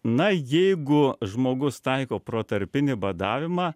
na jeigu žmogus taiko protarpinį badavimą